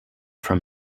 from